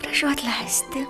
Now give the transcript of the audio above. prašau atleisti